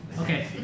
Okay